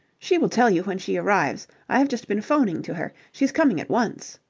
she will tell you when she arrives. i have just been phoning to her. she is coming at once.